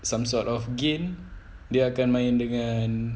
some sort of gain dia akan main dengan